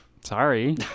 Sorry